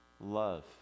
love